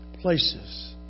places